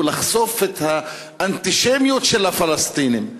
היא לחשוף את האנטישמיות של הפלסטינים.